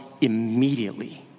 immediately